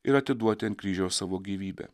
ir atiduoti ant kryžiaus savo gyvybę